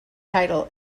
title